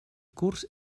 curs